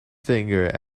finger